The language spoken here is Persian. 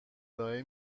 ارائه